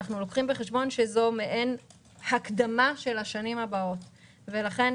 אנחנו לוקחים בחשבון שזה מעין הקדמה של השנים הבאות ולכן